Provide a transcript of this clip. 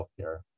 Healthcare